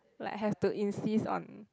like have to insist on